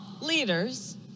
leaders